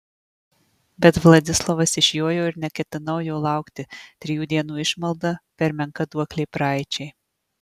bet vladislovas išjojo ir neketinau jo laukti trijų dienų išmalda per menka duoklė praeičiai